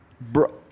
bro